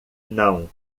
não